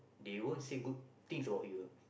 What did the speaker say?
they won't say good things about you ah